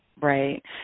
Right